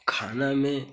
खाना में